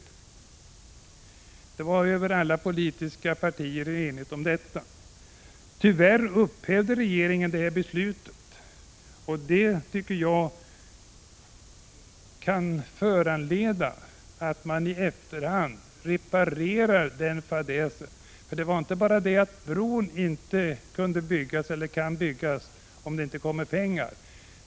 Företrädare för alla politiska partier var eniga om detta. Tyvärr upphävde regeringen länsstyrelsens beslut. Det kan hända att man i efterhand försöker reparera den fadäsen. Det var inte bara det att bron inte kan byggas utan pengar.